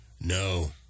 No